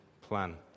plan